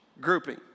grouping